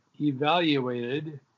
evaluated